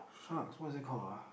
sharks what's it called ah